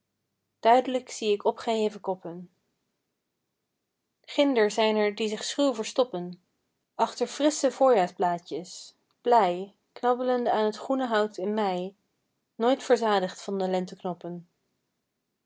duidelijk zie ik opgeheven koppen ginder zijn er die zich schuw verstoppen achter frissche voorjaarsblaadjes blij knabbelende aan het groene hout in mei nooit verzadigd van de